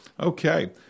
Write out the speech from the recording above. Okay